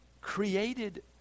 created